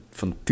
van